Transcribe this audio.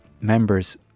members